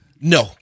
No